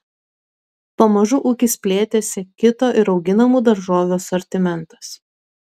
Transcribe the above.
pamažu ūkis plėtėsi kito ir auginamų daržovių asortimentas